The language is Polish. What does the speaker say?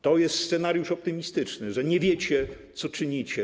To jest scenariusz optymistyczny, że nie wiecie, co czynicie.